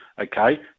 okay